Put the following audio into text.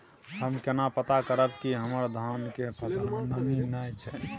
हम केना पता करब की हमर धान के फसल में नमी नय छै?